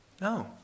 No